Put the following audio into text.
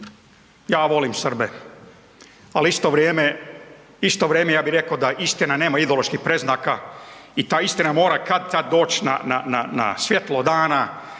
vrijeme, isto vrijeme ja bi reko da istina nema ideološki predznaka i ta istina mora kad-tad doć na, na,